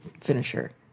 finisher